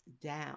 down